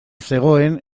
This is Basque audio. zegoen